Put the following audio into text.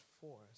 force